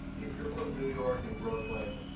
if you're from new york and brooklyn,